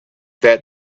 that